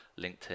LinkedIn